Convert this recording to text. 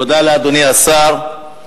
תודה לאדוני השר.